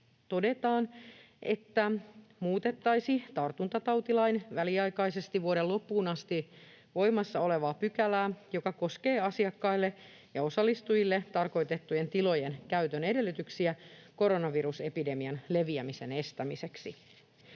todetaan, että muutettaisiin tartuntatautilain väliaikaisesti vuoden loppuun asti voimassa olevaa pykälää, joka koskee asiakkaille ja osallistujille tarkoitettujen tilojen käytön edellytyksiä koronavirusepidemian leviämisen estämiseksi.